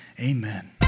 amen